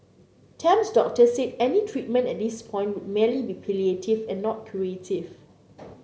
Tam's doctor said any treatment at this point would merely be palliative and not curative